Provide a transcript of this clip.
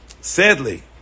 sadly